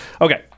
Okay